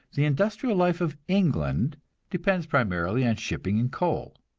the industrial life of england depends primarily on shipping and coal.